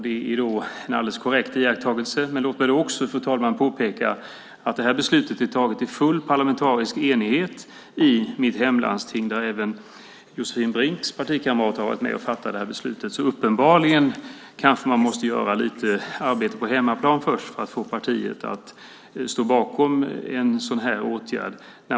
Det är en alldeles korrekt iakttagelse, men låt mig, fru talman, också få påpeka att detta beslut är taget i full parlamentarisk enighet i mitt hemlandsting. Även Josefin Brinks partikamrat har alltså varit med och fattat beslutet. Uppenbarligen måste man göra lite arbete på hemmaplan först. Man har faktiskt möjlighet att påverka en sådan här åtgärd i ett län.